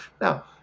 Now